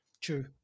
True